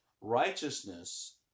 Righteousness